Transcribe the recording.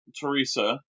Teresa